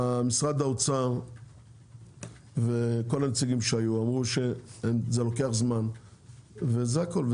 משרד האוצר וכל הנציגים שהיו אמרו שזה לוקח זמן וזה הכול,